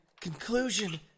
conclusion